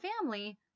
family